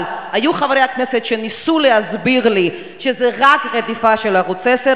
אבל היו חברי הכנסת שניסו להסביר לי שזו רק רדיפה של ערוץ-10.